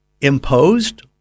imposed